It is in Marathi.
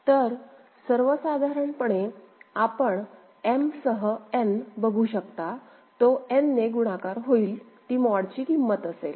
तर सर्वसाधारणपणे आपण m सह n बघू शकता तो n ने गुणाकार होईल ती मॉडची किंमत असेल